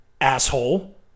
asshole